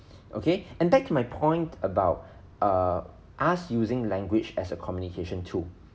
okay and back my point about err us using language as a communication tool